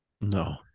no